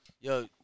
Yo